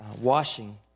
washing